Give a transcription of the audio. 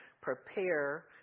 prepare